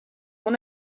want